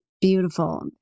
beautiful